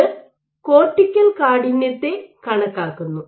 ഇത് കോർട്ടിക്കൽ കാഠിന്യത്തെ കണക്കാക്കുന്നു